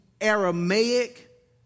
Aramaic